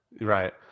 right